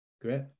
Great